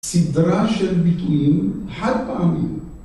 סדרה של ביטויים חד פעמיים.